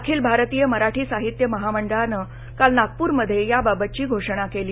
अखिल भारतीय मराठी साहित्य महामंडळानं काल नागप्रमध्ये याबाबतची घोषणा केली